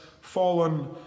fallen